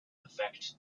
effect